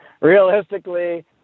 realistically